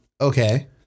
Okay